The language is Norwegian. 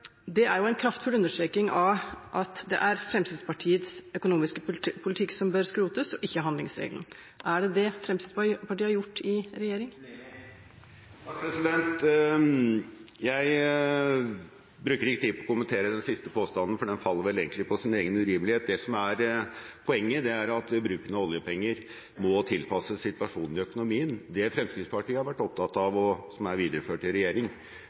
Det er en kraftfull understreking av at det er Fremskrittspartiets økonomiske politikk som bør skrotes, og ikke handlingsregelen. Er det det Fremskrittspartiet har gjort i regjering? Jeg bruker ikke tid på å kommentere den siste påstanden, for den faller vel egentlig på sin egen urimelighet. Det som er poenget, er at bruken av oljepenger må tilpasses situasjonen i økonomien. Det Fremskrittspartiet har vært opptatt av, og som er videreført i regjering,